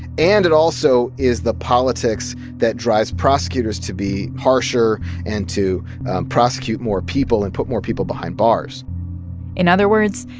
and it also is the politics that drives prosecutors to be harsher and to prosecute more people and put more people behind bars in other words,